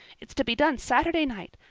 it's to be done saturday night,